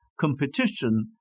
competition